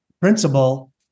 principle